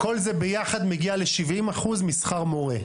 וכל זה ביחד מגיע לשבעים אחוז משכר מורה.